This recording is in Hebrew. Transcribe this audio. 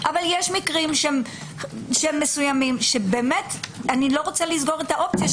אבל יש מקרים שבאמת אני לא רוצה לסגור את האופציה,